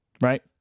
right